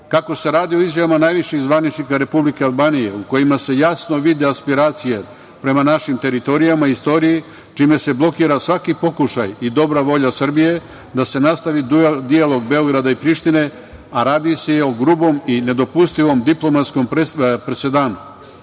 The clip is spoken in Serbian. kako se radi o izjavama najviših zvaničnika Republike Albanije, u kojima se jasno vide aspiracije prema našim teritorijama i istoriji, čime se blokira svaki pokušaj i dobra volja Srbije da se nastavi dijalog Beograda i Prištine, a radi se i o grubom i nedopustivom diplomatskom presedanu,